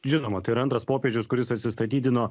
žinoma tai yra antras popiežius kuris atsistatydino